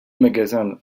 magasin